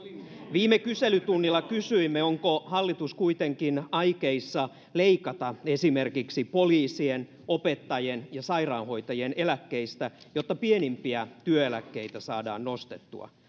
viime kyselytunnilla kysyimme onko hallitus kuitenkin aikeissa leikata esimerkiksi poliisien opettajien ja sairaanhoitajien eläkkeistä jotta pienimpiä työeläkkeitä saadaan nostettua